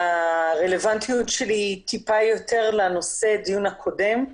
שהרלבנטיות שלי טיפה יותר לנושא הדיון הקודם.